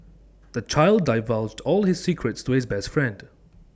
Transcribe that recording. the child divulged all his secrets to his best friend